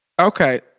Okay